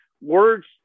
words